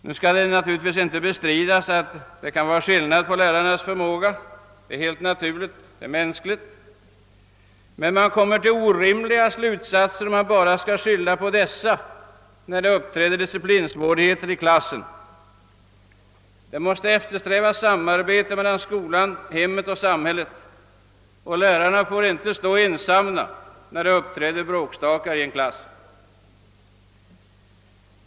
Självfallet skall det inte bestridas att det kan vara skillnad på lärarnas förmåga att undervisa. Det är helt naturligt att olikheter förekommer — det är mänskligt. Men man kommer till orimliga slutsatser om man bara skyller på lärarna när det är disciplinsvårigheter i klassen. Vi måste eftersträva samarbete mellan skolan, hemmet och samhället. Lärarna får inte stå ensamma när det uppträder bråkstakar i klassen.